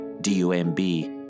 D-U-M-B